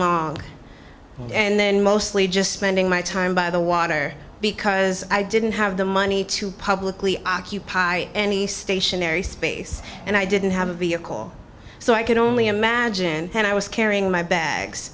long and then mostly just spending my time by the water because i didn't have the money to publicly occupy any stationary space and i didn't have a vehicle so i could only imagine and i was carrying my bags